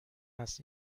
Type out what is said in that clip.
است